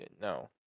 no